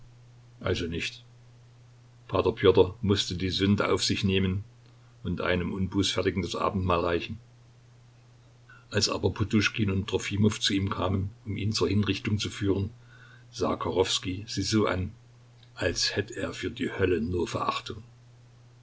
also nicht p pjotr mußte die sünde auf sich nehmen und einem unbußfertigen das abendmahl reichen als aber poduschkin und trofimow zu ihm kamen um ihn zur hinrichtung zu führen sah kachowskij sie so an als hätt er für die hölle nur verachtung